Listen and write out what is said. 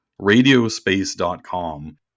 radiospace.com